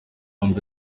mbere